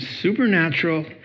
supernatural